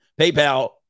PayPal